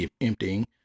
emptying